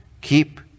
Keep